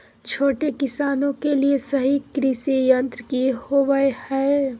छोटे किसानों के लिए सही कृषि यंत्र कि होवय हैय?